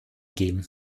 geben